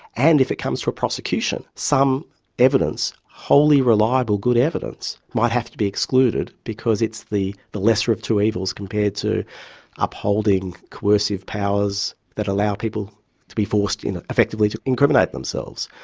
and if it comes to a prosecution, some evidence, wholly reliable, good evidence, might have to be excluded because it's the the lesser of two evils, compared to upholding coercive powers that allow people to be forced effectively to incriminate themselves.